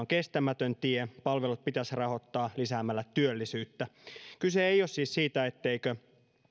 kestämätön tie palvelut pitäisi rahoittaa lisäämällä työllisyyttä kyse ei ole siis siitä etteivätkö